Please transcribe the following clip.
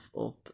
up